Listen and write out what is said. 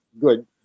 good